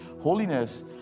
holiness